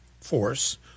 force